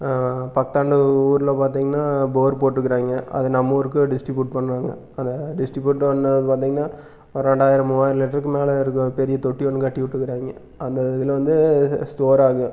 பக்கத்தாண்ட ஒரு ஊரில் பார்த்தீங்கன்னா போர் போட்டுருக்கிறாங்க அது நம்மூருக்கு டிஸ்ட்டிபியூட் பண்ணுவாங்க அந்த டிஸ்ட்டிபியூட் வந்து பார்த்தீங்கன்னா ஒரு ரெண்டாயிரம் மூவாயிரம் லிட்டருக்கு மேலே இருக்கும் பெரிய தொட்டி ஒன்று கட்டிவிட்டுருக்குறாய்ங்க அந்த இதில் வந்து ஸ்டோராகும்